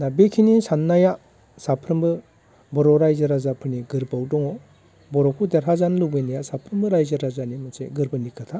दा बेखिनि साननाया साफ्रामबो बर' रायजो राजाफोरनि गोरबोआव दङ बर'खौ देरहा जानो लुगैनाया साफ्रोमबो रायजो राजानि मोनसे गोरबोनि खोथा